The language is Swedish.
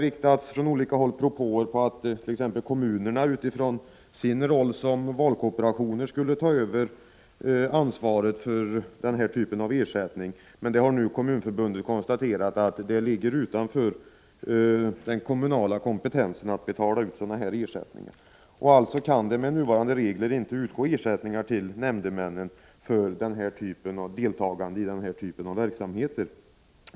Därför har det från olika håll riktats propåer, t.ex. om att kommunerna, utifrån sin roll som valkorporationer, skulle ta över ansvaret för ersättning i sådana här sammanhang, men Kommunförbundet har nu konstaterat att det ligger utanför den kommunala kompetensen att betala ut sådana ersättningar. Alltså kan det med nuvarande regler inte utgå ersättning till nämndemännen för deltagande i verksamheter av den här typen.